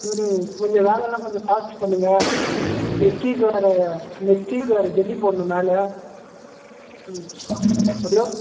ம்ம் கொஞ்சம் வேலைலாம் கொஞ்சம் ஃபாஸ்ட்டு பண்ணுங்க நெக்ஸ்ட் வீக் வேறு நெக்ஸ்ட் வீக் வேறு ஜல்லி போடணும் மேலே ம் ஹலோ